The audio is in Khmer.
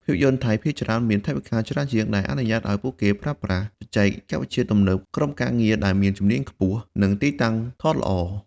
ភាពយន្តថៃភាគច្រើនមានថវិកាច្រើនជាង ដែលអនុញ្ញាតឲ្យពួកគេប្រើប្រាស់ បច្ចេកវិទ្យាទំនើប ក្រុមការងារដែលមានជំនាញខ្ពស់ និងទីតាំងថតល្អ។